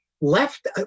left